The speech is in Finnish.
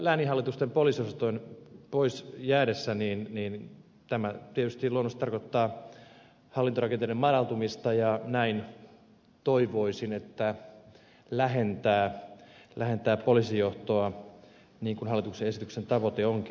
lääninhallitusten poliisiosastojen jäädessä pois tämä tietysti luonnollisesti tarkoittaa hallintorakenteiden madaltumista ja näin toivoisin lähentää poliisijohtoa kansalaisiin nähden niin kuin hallituksen esityksen tavoite onkin